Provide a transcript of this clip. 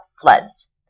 floods